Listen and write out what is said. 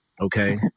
okay